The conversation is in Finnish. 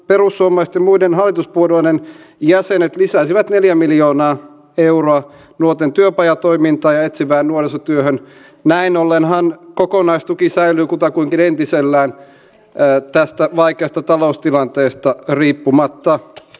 minä tiedän valtavan määrän ikäihmisiä keitä minä olen työssäni tavannut ja etsivään nuorisotyöhön näin ollenhan kokonaistuki säilyy he haluavat asua viimeiseen asti kotona